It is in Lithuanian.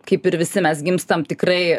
kaip ir visi mes gimstam tikrai